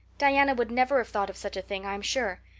diana would never have thought of such a thing, i am sure.